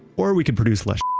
or or we could produce less.